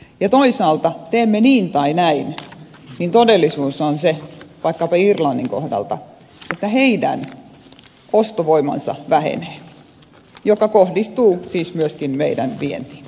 ja toisaalta teemme niin tai näin todellisuus on se vaikkapa irlannin kohdalta että heidän ostovoimansa vähenee mikä kohdistuu siis myöskin meidän vientiimme